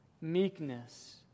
meekness